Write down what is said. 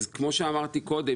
כמו שאמרתי קודם,